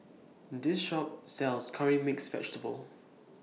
This Shop sells Curry Mixed Vegetable